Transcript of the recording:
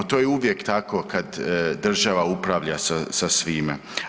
To je uvijek tako kad država upravlja sa, sa svime.